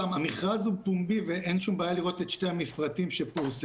המכרז הוא פומבי ואין שום בעיה לראות את שתי המפרטים שפורסמו.